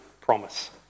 promise